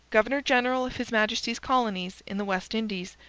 governor general of his majesty's colonies in the west indies.